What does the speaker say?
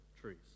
trees